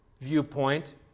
viewpoint